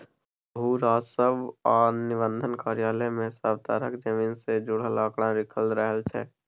भू राजस्व आ निबंधन कार्यालय मे सब तरहक जमीन सँ जुड़ल आंकड़ा लिखल रहइ छै